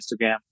instagram